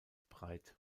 breit